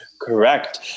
Correct